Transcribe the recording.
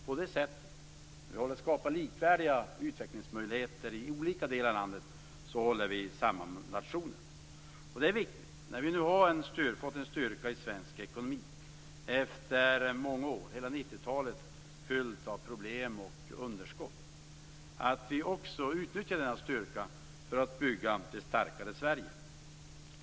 På det sättet - genom att skapa likvärdiga utvecklingsmöjligheter i olika delar av landet - håller vi samman nationen. När vi nu efter många år har fått en styrka i svensk ekonomi - hela 90-talet har ju varit fyllt av problem och underskott - är det viktigt att vi också utnyttjar denna styrka för att bygga ett starkare Sverige.